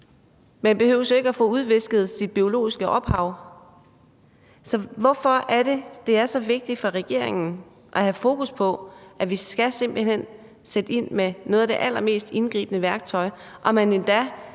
Man behøver jo ikke at få udvisket sit biologiske ophav. Hvorfor er det, at det er så vigtigt for regeringen at have fokus på, at vi simpelt hen skal sætte ind med noget af det allermest indgribende værktøj? Og hvorfor